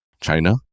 China